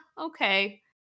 okay